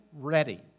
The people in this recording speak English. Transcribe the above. ready